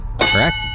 Correct